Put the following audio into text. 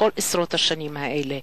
בכל עשרות השנים האלה.